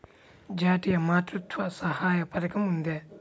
జాతీయ మాతృత్వ సహాయ పథకం ఉందా?